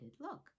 look